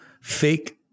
fake